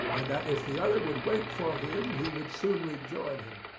and that if the other would wait for him he would soon rejoin him.